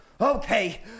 Okay